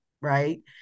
right